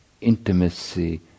intimacy